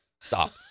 Stop